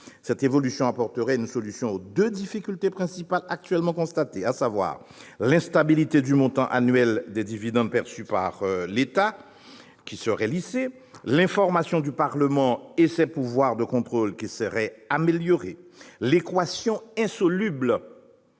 Cette évolution apporterait une solution aux deux difficultés principales actuellement constatées : d'une part, l'instabilité du montant annuel des dividendes perçus par l'État serait lissée ; d'autre part, l'information du Parlement ainsi que ses pouvoirs de contrôle seraient améliorés. L'équation insoluble